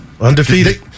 Undefeated